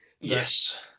Yes